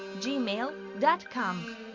gmail.com